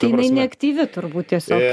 tai jinai neaktyvi turbūt tiesiog